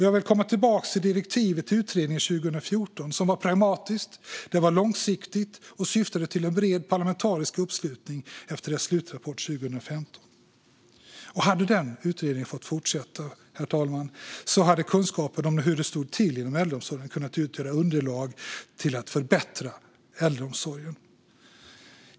Jag vill komma tillbaka till direktivet till utredningen 2014, som var pragmatiskt, långsiktigt och syftade till en bred parlamentarisk uppslutning efter slutrapporten 2015. Om utredningen hade fått fortsätta, herr talman, hade kunskapen om hur det stod till inom äldreomsorgen kunnat utgöra underlag till att förbättra äldreomsorgen.